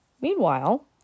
Meanwhile